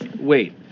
Wait